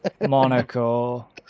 Monaco